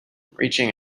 reaching